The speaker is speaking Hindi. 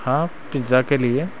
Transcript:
हाँ पिज्जा के लिए